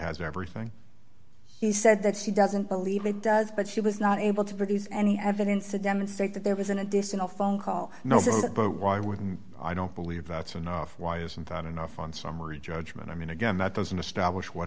has everything he said that she doesn't believe it does but she was not able to produce any evidence to demonstrate that there was an additional phone call no but why i wouldn't i don't believe that's enough why isn't that enough on summary judgment i mean again that doesn't establish what